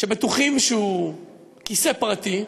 שבטוחים שהוא כיסא פרטי,